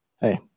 hey